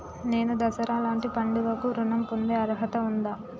నేను దసరా లాంటి పండుగ కు ఋణం పొందే అర్హత ఉందా?